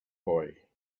boy